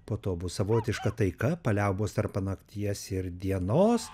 po to bus savotiška taika paliaubos tarpa nakties ir dienos